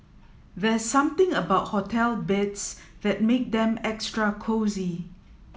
there's something about hotel beds that make them extra cosy